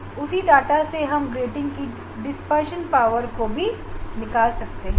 और इसी एकत्रित जानकारी से हम ग्रेटिंग की डिस्पर्शन पावर भी निकाल सकते हैं